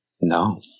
No